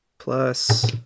Plus